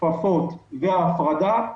כפפות ויש הפרדה,